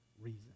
reason